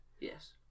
yes